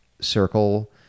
circle